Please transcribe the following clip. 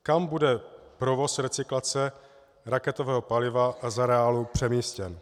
Kam bude provoz recyklace raketového paliva z areálu přemístěn?